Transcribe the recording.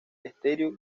stereo